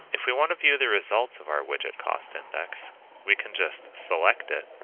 if we want to view the results of our widget cost index we can just select it